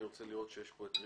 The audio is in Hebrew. אני רוצה לראות שרבקה